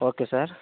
okay sir